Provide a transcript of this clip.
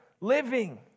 living